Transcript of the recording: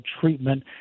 treatment